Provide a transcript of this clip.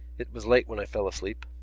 it was late when i fell asleep.